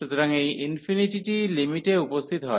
সুতরাং এই ইনফিনিটি টি লিমিটে উপস্থিত হয়